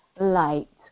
light